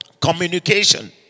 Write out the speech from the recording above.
Communication